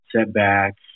setbacks